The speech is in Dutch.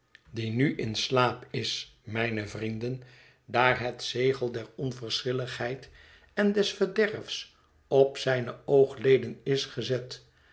die nu in slaap de waakzame jufvrouw snagsby is mijne vrienden daar het zegel der onverschilligheid en des verderfs op zijne oogleden is gezet